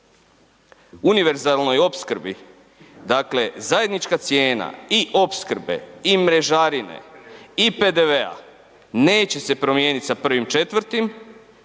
univerzalnoj opskrbi, dakle zajednička cijena i opskrbe i mrežarine i PDV-a neće se promijenit sa 1.4.,